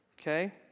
okay